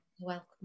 welcome